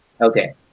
Okay